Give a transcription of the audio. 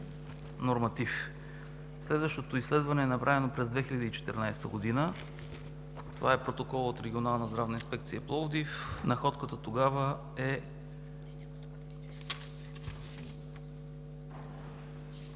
норматив. Следващото изследване е направено през 2014 г. Това е протоколът от Регионална здравна инспекция – Пловдив. Находката тогава е